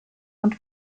und